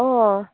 अँ